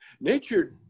nature